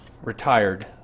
retired